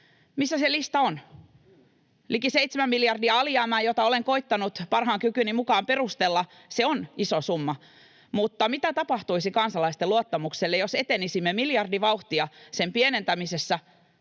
missä se lista on? Liki 7 miljardia alijäämää, jota olen koettanut parhaan kykyni mukaan perustella, on iso summa, mutta mitä tapahtuisi kansalaisten luottamukselle, jos etenisimme miljardivauhtia sen pienentämisessä?